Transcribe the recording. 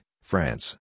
France